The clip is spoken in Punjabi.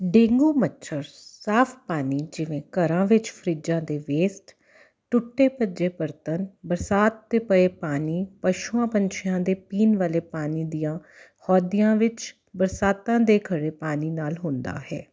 ਡੇਂਗੂ ਮੱਛਰ ਸਾਫ ਪਾਣੀ ਜਿਵੇਂ ਘਰਾਂ ਵਿੱਚ ਫਰਿੱਜਾਂ ਦੇ ਵੇਸਟ ਟੁੱਟੇ ਭੱਜੇ ਬਰਤਨ ਬਰਸਾਤ ਦੇ ਪਏ ਪਾਣੀ ਪਸ਼ੂਆਂ ਪੰਛੀਆਂ ਦੇ ਪੀਣ ਵਾਲੇ ਪਾਣੀ ਦੀਆਂ ਹੋਦੀਆਂ ਵਿੱਚ ਬਰਸਾਤਾਂ ਦੇ ਖੜ੍ਹੇ ਪਾਣੀ ਨਾਲ ਹੁੰਦਾ ਹੈ